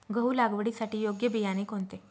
गहू लागवडीसाठी योग्य बियाणे कोणते?